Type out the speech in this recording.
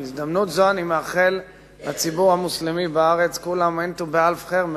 בהזדמנות זו אני מאחל לציבור המוסלמי בארץ כול עאם ואנתו באלף ח'יר,